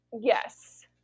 Yes